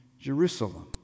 Jerusalem